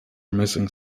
missing